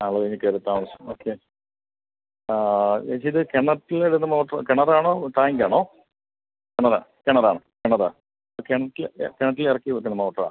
ആളൊഴിഞ്ഞ് കയറി താമസം ഓക്കെ ആ ചേച്ചി ഇത് കിണറ്റിലിടുന്ന മോട്ടറ് കിണറാണോ ടാങ്കാണോ കിണറാ കിണറാണ് കിണറാ കിണറ്റിൽ കിണറ്റിലിറക്കി വെയ്ക്കുന്ന മോട്ടറാ